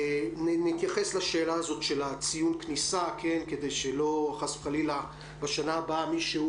נתייחס לשאלה הזאת של ציון כניסה כדי שלא חס וחלילה בשנה הבאה מישהו